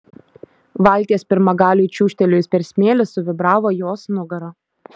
valties pirmagaliui čiūžtelėjus per smėlį suvibravo jos nugara